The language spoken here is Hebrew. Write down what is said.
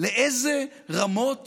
לאיזה רמות